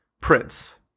prince